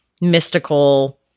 mystical